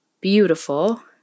beautiful